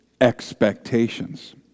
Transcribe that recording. expectations